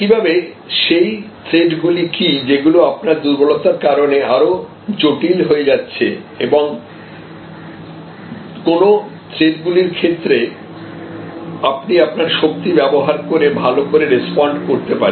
একইভাবে সেই থ্রেট গুলি কী যেগুলি আপনার দুর্বলতার কারণে আরও জটিল হয়ে গেছে এবং কোন থ্রেট গুলোর ক্ষেত্রে আপনি আপনার শক্তি ব্যবহার করে ভালো করে রেস্পন্ড করতে পারছেন